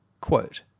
quote